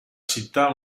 città